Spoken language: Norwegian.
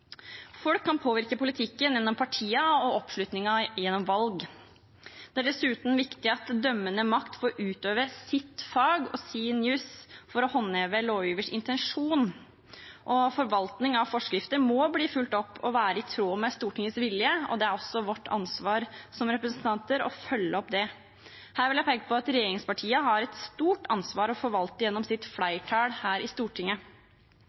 Folk kan påvirke politikken gjennom partiene og oppslutningen i valg. Det er dessuten viktig at den dømmende makt får utøve sitt fag og sin juss for å håndheve lovgivers intensjon, og forvaltningen av forskrifter må følges opp og være i tråd med Stortingets vilje. Det er også vårt ansvar som representanter å følge opp det. Her vil jeg peke på at regjeringspartiene har et stort ansvar å forvalte gjennom sitt flertall her i Stortinget.